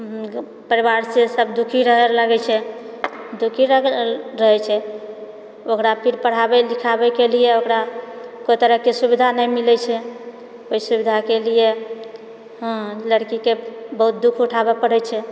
परिवारसँ सभ दुःखि रहए लागैत छै दुःखि लागए रहैत छै ओकरा फिर पढ़ाबए लिखाबएके लिए ओकरा कोइ तरहकेँ सुविधा नहि मिलैत छै ओहि सुविधाके लिए हँ लड़कीके बहुत दुःख उठाबए पड़ैछै